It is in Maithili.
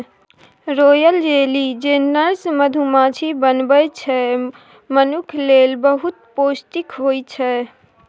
रॉयल जैली जे नर्स मधुमाछी बनबै छै मनुखक लेल बहुत पौष्टिक होइ छै